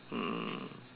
um